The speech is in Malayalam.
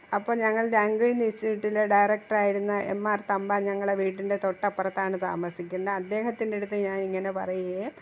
അപ്പോള് ഞങ്ങൾ ലാംഗ്വേജ് ഇൻസ്റ്റിട്യൂട്ടിലെ ഡയറക്ടറായിരുന്ന എം ആർ തമ്പാൻ ഞങ്ങളെ വീടിൻ്റെ തൊട്ടപ്പുറത്താണ് താമസിക്കുന്നത് അദ്ദേഹത്തിൻറ്റടുത്ത് ഞാനിങ്ങനെ പറയുകയും